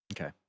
Okay